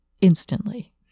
instantly